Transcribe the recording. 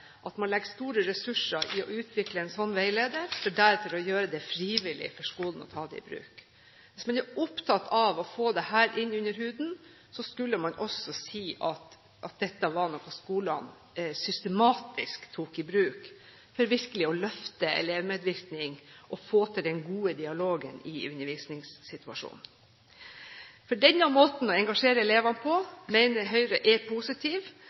at man legger store ressurser i å utvikle en slik veileder for deretter å gjøre det frivillig for skolen å ta den i bruk. Hvis man er opptatt av å få dette inn under huden, skulle man også si at dette var noe skolene systematisk tok i bruk for virkelig å løfte elevmedvirkning og få til den gode dialogen i undervisningssituasjonen. Høyre mener denne måten å engasjere elevene på er positiv,